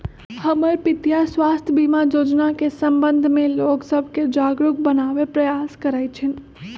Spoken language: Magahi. हमर पितीया स्वास्थ्य बीमा जोजना के संबंध में लोग सभके जागरूक बनाबे प्रयास करइ छिन्ह